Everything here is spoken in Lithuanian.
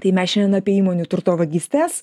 tai mes šiandien apie įmonių turto vagystes